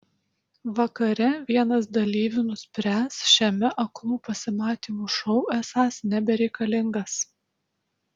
vakare vienas dalyvių nuspręs šiame aklų pasimatymų šou esąs nebereikalingas